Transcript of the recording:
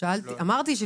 חד משמעית,